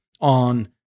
on